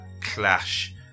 clash